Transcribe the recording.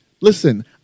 listen